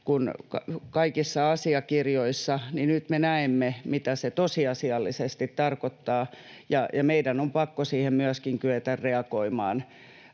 kaikissa asiakirjoissa, nyt me näemme, mitä se tosiasiallisesti tarkoittaa, ja meidän on pakko siihen myöskin kyetä reagoimaan